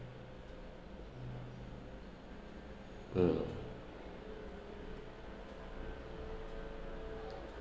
mm